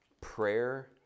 Prayer